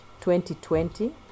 2020